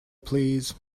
please